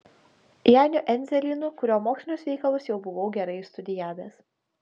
janiu endzelynu kurio mokslinius veikalus jau buvau gerai išstudijavęs